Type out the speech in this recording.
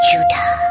Judah